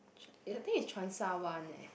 I think is Cheung Sha Wan eh